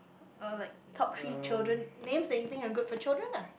uh like top three children names that you think are good for children lah